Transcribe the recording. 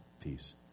peace